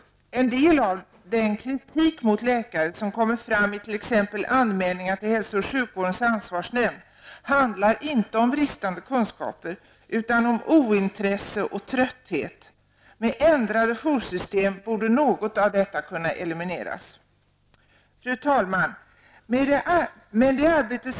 En del av den kritik mot läkare som kommer fram i t.ex. anmälningar till hälso och sjukvårdens ansvarsnämnd handlar inte om bristande kunskaper utan om ointresse och trötthet. Med ändrade joursystem borde något av detta kunna elimineras. Fru talman!